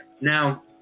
Now